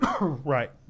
Right